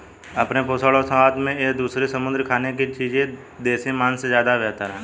अपने पोषण और स्वाद में ये दूसरी समुद्री खाने की चीजें देसी मांस से ज्यादा बेहतर है